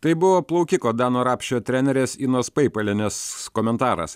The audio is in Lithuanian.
tai buvo plaukiko dano rapšio trenerės inos paipalienės komentaras